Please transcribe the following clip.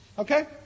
Okay